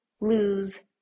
lose